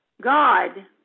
God